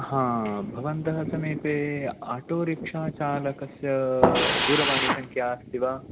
हा भवन्तः समीपे आटोरिक्षा चालकस्य दूरवाणि संख्या अस्ति वा